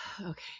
okay